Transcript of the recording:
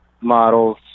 Models